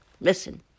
Listen